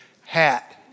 hat